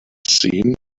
seen